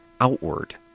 outward